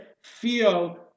feel